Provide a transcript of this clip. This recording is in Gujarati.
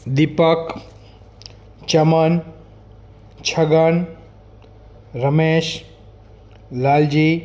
દીપક ચમન છગન રમેશ લાલજી